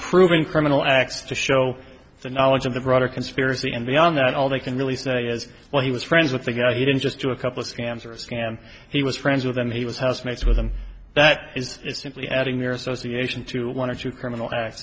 proven criminal acts to show the knowledge of the broader conspiracy and beyond that all they can really say is well he was friends with the guy he didn't just do a couple of scams or a scam he was friends with them he was housemates with them that is it simply adding their association to one or two criminal act